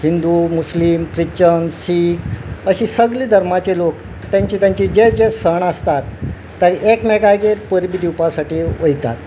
Hindu Muslim Christian Sikh अशी सगली धर्माचे लोक तेंचे तेंचे जे जे सण आसतात ते एकमेकागेर परबीं दिवपा साठी वयतात